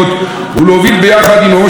להישגים חסרי תקדים.